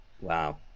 Wow